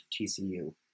TCU